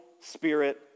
spirit